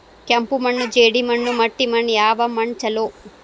ಕೆಂಪು ಮಣ್ಣು, ಜೇಡಿ ಮಣ್ಣು, ಮಟ್ಟಿ ಮಣ್ಣ ಯಾವ ಮಣ್ಣ ಛಲೋ?